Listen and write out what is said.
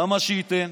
למה שייתן?